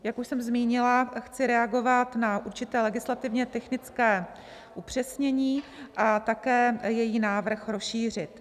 Jak už jsem zmínila, chci reagovat na určité legislativně technické upřesnění a také její návrh rozšířit.